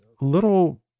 little